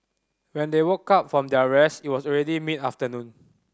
when they woke up from their rest it was already mid afternoon